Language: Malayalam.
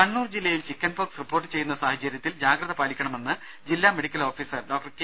കണ്ണൂർ ജില്ലയിൽ ചിക്കൻപോക്സ് റിപ്പോർട്ട് ചെയ്യുന്ന സാഹചര്യത്തിൽ ജാഗ്രത പാലിക്കണമെന്ന് ജില്ലാ മെഡിക്കൽ ഓഫീസർ ഡോക്ടർ കെ